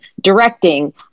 directing